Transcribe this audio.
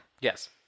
Yes